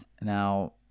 Now